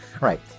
right